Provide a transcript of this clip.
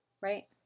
right